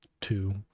two